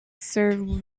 sir